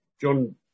John